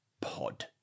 pod